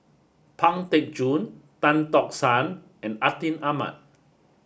Pang Teck Joon Tan Tock San and Atin Amat